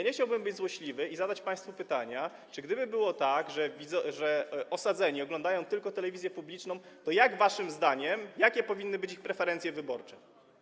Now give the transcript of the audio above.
Nie chciałbym być złośliwy i zadać państwu pytania, gdyby było tak, że osadzeni oglądają tylko telewizję publiczną, to jakie waszym zdaniem powinny być ich preferencje wyborcze?